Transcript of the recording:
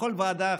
או בכל ועדה אחרת.